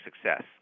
success